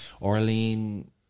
Orlean